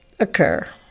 occur